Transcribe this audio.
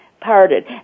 parted